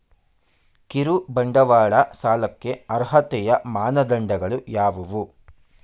ಕಿರುಬಂಡವಾಳ ಸಾಲಕ್ಕೆ ಅರ್ಹತೆಯ ಮಾನದಂಡಗಳು ಯಾವುವು?